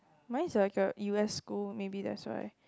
mine is like a u_s school maybe that's why